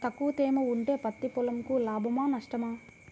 తక్కువ తేమ ఉంటే పత్తి పొలంకు లాభమా? నష్టమా?